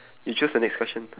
you choose the next question